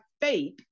faith